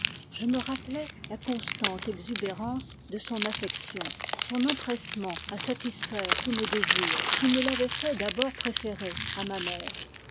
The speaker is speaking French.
je me rappelai la constante exubérance de son affection son empressement à satisfaire tous mes désirs qui me l'avait fait d'abord préférer à ma mère